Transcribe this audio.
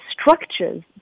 structures